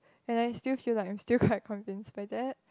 and I still feel like I'm still quite convinced by that